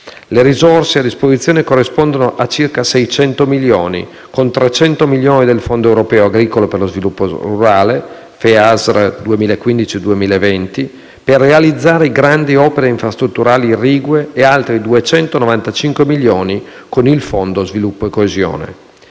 Le risorse a disposizione corrispondono a circa 600 milioni, con 300 milioni del Fondo europeo agricolo per lo sviluppo rurale (FEASR) 2015-2020 per realizzare grandi opere infrastrutturali irrigue e altri 295 milioni con il Fondo sviluppo e coesione.